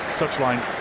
touchline